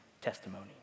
testimony